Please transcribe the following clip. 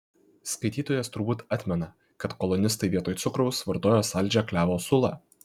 skaitytojas turbūt atmena kad kolonistai vietoj cukraus vartojo saldžią klevo sulą